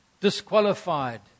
disqualified